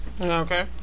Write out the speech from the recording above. Okay